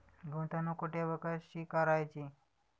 गुंतवणूक कुठे व कशी करायची?